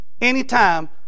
anytime